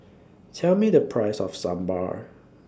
Tell Me The Price of Sambar